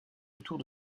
autour